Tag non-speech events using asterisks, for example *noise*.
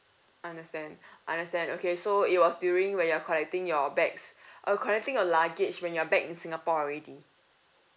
understand *breath* understand okay so it was during when you're collecting your bags *breath* uh collecting your luggage when you're back in singapore already